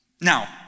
Now